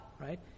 right